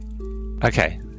Okay